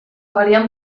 variant